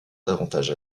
davantage